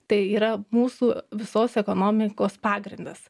tai yra mūsų visos ekonomikos pagrindas